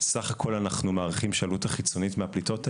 סך הכל אנחנו מעריכים שהעלות החיצונית מהפליטות האלה,